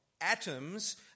atoms